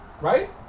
right